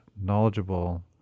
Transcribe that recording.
knowledgeable